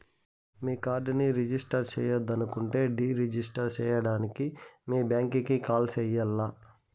మీ కార్డుని రిజిస్టర్ చెయ్యొద్దనుకుంటే deregister సేయడానికి మీ బ్యాంకీకి కాల్ సెయ్యాల్ల